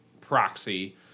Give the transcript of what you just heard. proxy